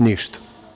Ništa.